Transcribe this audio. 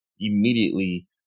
immediately